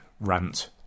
rant